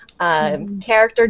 character